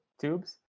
tubes